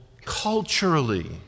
culturally